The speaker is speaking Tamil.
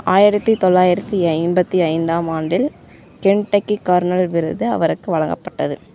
ஆயிரத்தி தொள்ளாயிரத்தி ஐம்பத்தி ஐந்தாம் ஆண்டில் கென்டக்கி கர்னல் விருது அவருக்கு வலங்கப்பட்டது